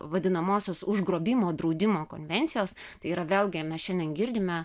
vadinamosios užgrobimo draudimo konvencijos tai yra vėlgi mes šiandien girdime